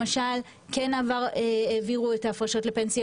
למשל: כן העבירו את ההפרשות לפנסיה,